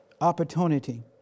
opportunity